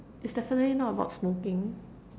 it's definitely not about smoking